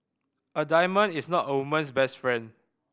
a diamond is not a woman's best friend